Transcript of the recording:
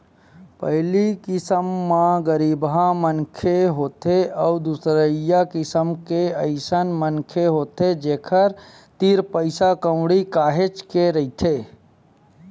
पहिली किसम म गरीबहा मनखे होथे अउ दूसरइया किसम के अइसन मनखे होथे जेखर तीर पइसा कउड़ी काहेच के रहिथे